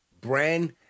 brand